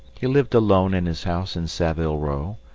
he lived alone in his house in saville row,